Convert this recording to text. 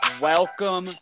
Welcome